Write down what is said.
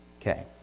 Okay